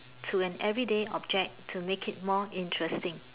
to an everyday object to make it more interesting